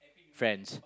friends